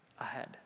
ahead